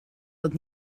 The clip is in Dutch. dat